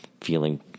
feeling